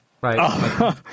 right